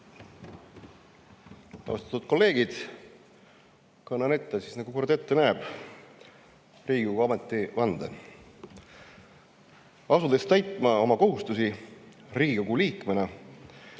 Austatud kolleegid! Kannan ette, nagu kord ette näeb, Riigikogu ametivande. Asudes täitma oma kohustusi Riigikogu liikmena